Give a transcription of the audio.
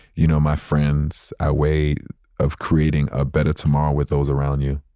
you know, my friends, i weigh of creating a better tomorrow with those around you.